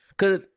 Cause